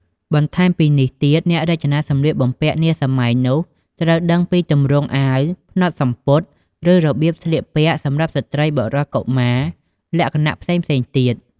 បន្ថែមពីនេះទៀតអ្នករចនាសម្លៀកបំពាក់នាសម័យនោះត្រូវដឹងពី ទម្រង់អាវ ផ្នត់សំពត់ ឬរបៀបស្លៀកពាក់សម្រាប់ស្រ្តី បុរស កុមារ លក្ខណៈផ្សេងៗទៀត ។